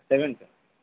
seven sir